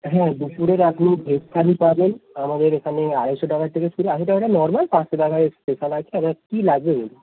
হ্যাঁ দুপুরের আপনি ভেজ থালি পাবেন আমাদের এখানে আড়াইশো টাকার থেকে শুরু আড়াইশো টাকারটা নর্মাল পাঁচশো টাকায় স্পেশাল আছে আপনার কী লাগবে বলুন